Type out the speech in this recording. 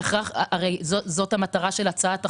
זאת המטרה של הצעת החוק.